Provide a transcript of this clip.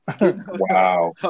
Wow